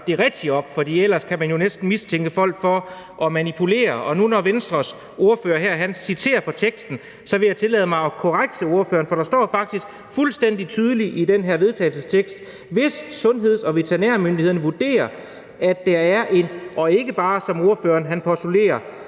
det rigtigt op, for ellers kan man jo næsten mistænke folk for at manipulere. Og når nu hr. Kristian Pihl Lorentzen fra Venstre citerer fra teksten, vil jeg tillade mig at korrekse spørgeren, for der står faktisk fuldstændig tydeligt i den her vedtagelsestekst: »... hvis sundheds- og veterinærmyndighederne vurderer, at der er« – og ikke bare som ordføreren postulerer